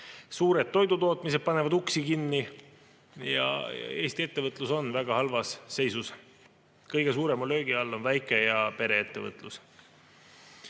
Suured toidutootmised panevad uksi kinni ja Eesti ettevõtlus on väga halvas seisus. Kõige suurema löögi all on väike‑ ja pereettevõtlus. Seoses